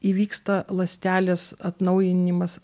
įvyksta ląstelės atnaujinimas